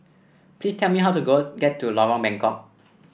please tell me how to go get to Lorong Bengkok